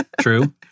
True